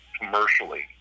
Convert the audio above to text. commercially